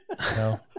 No